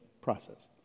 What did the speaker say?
process